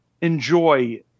enjoy